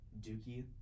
dookie